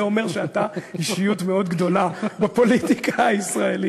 זה אומר שאתה אישיות מאוד גדולה בפוליטיקה הישראלית.